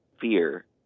fear